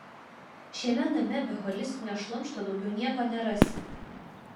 šiame name be holistinio šlamšto daugiau nieko nerasi